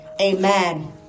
Amen